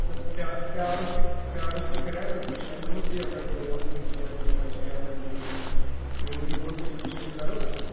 مطلب پیٛا پیٛٲرُس تہِ پیٛٲرُس کریو نہ وٕچھ تَمہِ دۄہ مہ پیٚیو نہ ڈوٹھ نہٕ کیٚنہہ نہٕ بَجییَو تَمہِ دۄہ تہِ اَمے موٗجوٗب ووٚن مےٚ یِہُس تہِ کرو